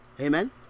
Amen